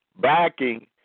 backing